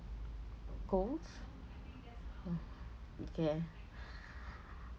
goals oh okay